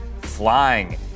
flying